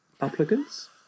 applicants